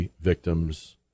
victims